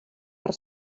per